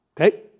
Okay